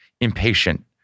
impatient